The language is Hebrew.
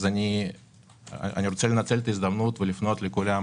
אני רוצה לנצל את ההזדמנות ולפנות לכולם,